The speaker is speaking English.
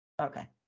Okay